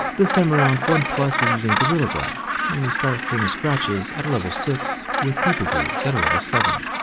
this time around, oneplus is using gorilla glass and we start seeing scratches at a level six with deeper grooves at a level seven.